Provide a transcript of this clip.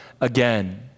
again